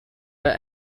her